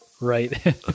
right